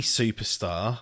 superstar